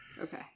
Okay